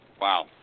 Wow